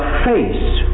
face